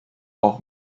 auch